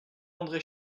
andré